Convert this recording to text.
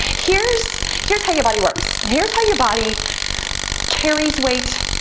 here's here's how your body works. here's how your body carries weight,